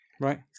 right